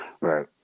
Right